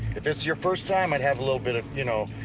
if this was your first time i'd have a little bit of, you know,